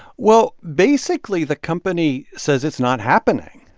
well, basically, the company says it's not happening.